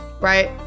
Right